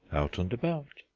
out and about!